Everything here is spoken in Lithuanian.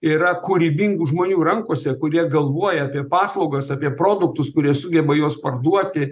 yra kūrybingų žmonių rankose kurie galvoja apie paslaugas apie produktus kurie sugeba juos parduoti